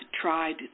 tried